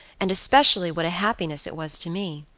and especially what a happiness it was to me.